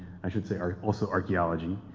i should say also archeology,